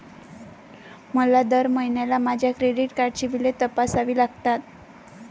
मला दर महिन्याला माझ्या क्रेडिट कार्डची बिले तपासावी लागतात